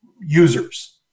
users